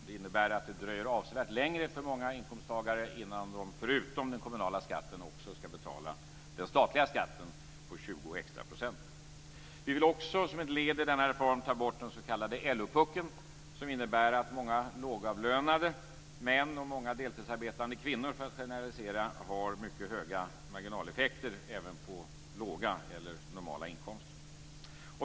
Det innebär att det dröjer avsevärt längre för många inkomsttagare innan de förutom den kommunala skatten ska betala den statliga skatten på Vi vill också som ett led i denna reform ta bort den s.k. LO-puckeln, som innebär att många lågavlönade män och deltidsarbetande kvinnor - för att generalisera - har mycket höga marginaleffekter även på låga eller normala inkomster.